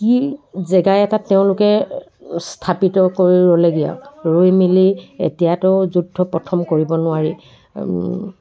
কি জেগা এটাত তেওঁলোকে স্থাপিত কৰি ল'লেগৈ আৰু ৰৈ মেলি এতিয়াতো সুদ্ধ প্ৰথম কৰিব নোৱাৰি